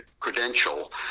credential